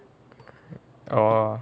oh